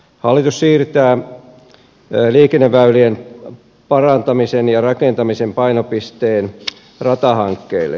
hallitus siirtää liikenneväylien parantamisen ja rakentamisen painopisteen ratahankkeille